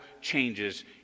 changes